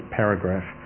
paragraph